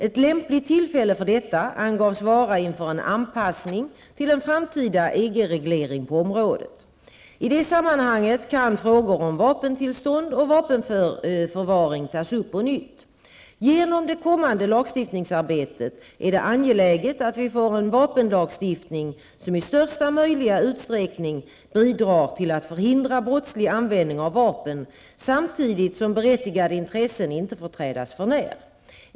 Ett lämpligt tillfälle för detta angavs vara inför en anpassning till en framtida EG reglering på området. I det sammanhanget kan frågor om vapentillstånd och vapenförvaring tas upp på nytt. Genom det kommande lagstiftningsarbetet är det angeläget att vi får en vapenlagstiftning som i största möjliga utsträckning bidrar till att förhindra brottslig användning av vapen, samtidigt som berättigade intressen inte får trädas för när.